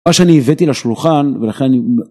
אז שאני הבאתי לשולחן ולכן